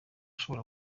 ashobora